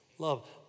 Love